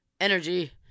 energy